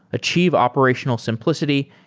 achieve operational simplicity,